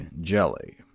jelly